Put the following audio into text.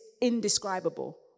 indescribable